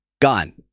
Gone